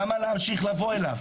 למה להמשיך לבוא אליו?